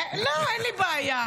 לא, אין לי בעיה.